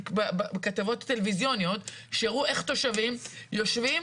כתבות טלוויזיוניות, שהראו איך תושבים יושבים